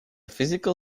physical